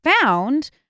found